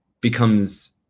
becomes